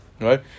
right